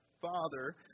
Father